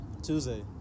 Tuesday